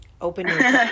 open